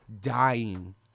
dying